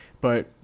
But-